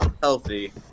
healthy